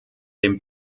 dem